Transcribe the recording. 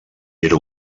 era